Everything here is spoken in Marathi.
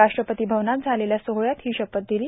राष्ट्रपती भवनात झालेल्या सोहळ्यात ही शपथ दिली